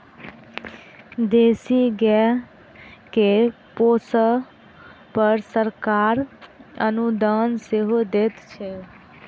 देशी गाय के पोसअ पर सरकार अनुदान सेहो दैत छै